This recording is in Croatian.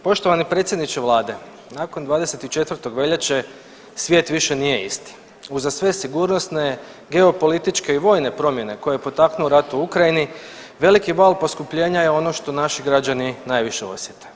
Poštovani predsjedniče vlade, nakon 24. veljače svijet više nije isti, uza sve sigurnosne geopolitičke i vojne promjene koje je potaknuo rat u Ukrajini veliki val poskupljenja je ono što naši građani najviše osjete.